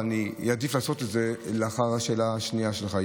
אבל אני אעדיף לעשות זאת לאחר השאלה השנייה שלך,